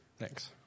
Thanks